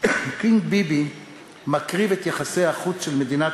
קינג ביבי מקריב את יחסי החוץ של מדינת